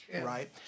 right